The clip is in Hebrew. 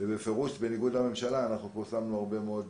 בניגוד לממשלה, שמנו פה הרבה מאוד